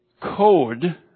code